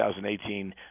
2018